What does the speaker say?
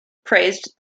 praised